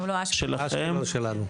אשקלון שלנו.